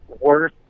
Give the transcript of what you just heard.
worse